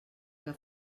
que